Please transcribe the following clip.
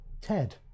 Ted